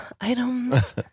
items